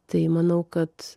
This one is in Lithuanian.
tai manau kad